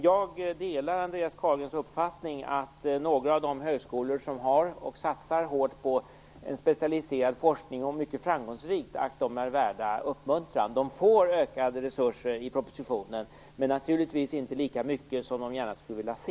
Jag delar Andreas Carlgrens uppfattning att några av de högskolor som satsar hårt på en framgångsrik specialiserad forskning är värda uppmuntran. De får ökade resurser i propositionen men naturligtvis inte lika mycket som de skulle vilja se.